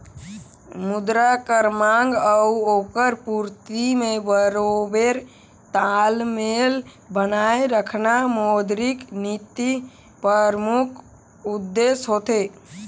मुद्रा कर मांग अउ ओकर पूरती में बरोबेर तालमेल बनाए रखना मौद्रिक नीति परमुख उद्देस होथे